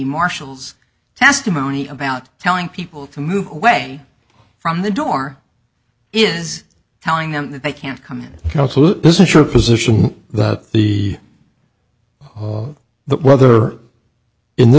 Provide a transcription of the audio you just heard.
marshals testimony about telling people to move away from the door is telling them that they can't come in this is your position the but whether in th